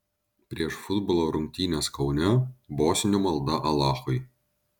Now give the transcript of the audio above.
prieš futbolo rungtynes kaune bosnių malda alachui